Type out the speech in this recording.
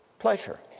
pleasure